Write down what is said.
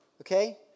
okay